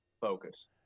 focus